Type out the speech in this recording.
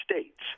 States